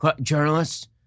journalists